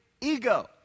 ego